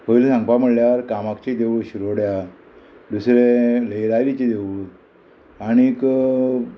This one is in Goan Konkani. पयलीं सांगपा म्हणल्यार कामाक्षी देवूळ शिरोड्या दुसरें लइराईलीचें देवूळ आणीक